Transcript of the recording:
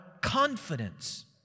confidence